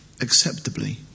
Acceptably